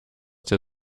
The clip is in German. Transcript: der